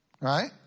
Right